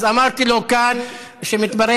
אז אמרתי לו כאן שמתברר,